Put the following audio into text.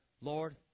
Lord